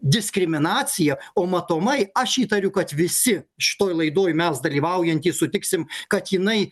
diskriminacija o matomai aš įtariu kad visi šitoj laidoj mes dalyvaujantys sutiksim kad jinai